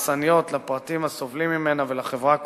ההרסניות על פרטים הסובלים ממנה ועל החברה כולה,